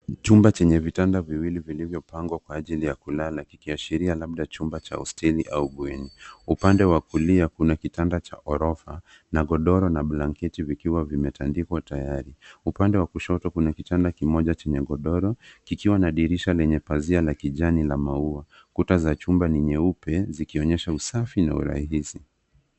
Chumba chenye vitanda viwili vilivyopangwa kwa ajili ya kulala kikiashiria labda chumba cha hosteli au bweni. Upande wa kulia kuna kitanda cha ghorofa na godoro na blanketi vikiwa vimetandikwa tayari. Upande wa kushoto kuna kitanda kimoja chenye godoro kikiwa na dirisha yenye pazia la kijani na maua. Kuta za chumba ni nyeupe zikionyesha usafi na urahisi.